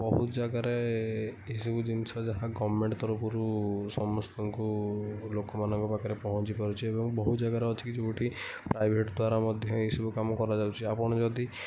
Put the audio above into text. ବହୁତ ଜାଗାରେ ଏସବୁ ଜିନିଷ ଯାହା ଗଭ୍ମେଣ୍ଟ ତରଫରୁ ସମସ୍ତଙ୍କୁ ଲୋକମାନଙ୍କ ପାଖରେ ପହଞ୍ଚି ପାରୁଛି ଏବଂ ବହୁତ ଜାଗାରେ ଅଛିକି ଯୋଉଠି ପ୍ରାଇଭେଟ୍ ଦ୍ୱାରା ମଧ୍ୟ ଏଇସବୁ କାମ କରାଯାଉଛି ଆପଣ ଯଦି